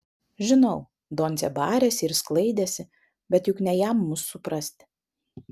žinau doncė barėsi ir sklaidėsi bet juk ne jam mus suprasti